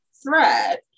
thread